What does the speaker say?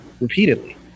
repeatedly